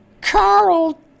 Carl